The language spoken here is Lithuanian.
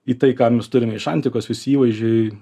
į tai ką mes turime iš antikos visi įvaizdžiai